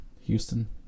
Houston